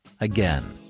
Again